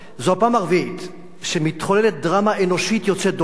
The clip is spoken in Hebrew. זו הפעם הרביעית שמתחוללת דרמה אנושית יוצאת דופן